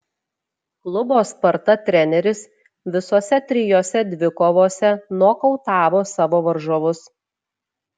klubo sparta treneris visose trijose dvikovose nokautavo savo varžovus